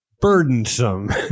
burdensome